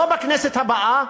לא בכנסת הבאה,